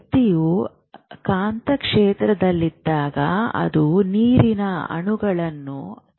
ವ್ಯಕ್ತಿಯು ಕಾಂತಕ್ಷೇತ್ರದಲ್ಲಿದ್ದಾಗ ಅದು ನೀರಿನ ಅಣುಗಳನ್ನು ತಿರುಗಿಸುತ್ತದೆ